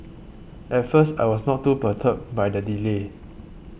at first I was not too perturbed by the delay